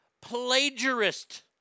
plagiarist